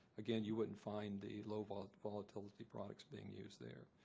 again, you wouldn't find the low-volatility products being used there.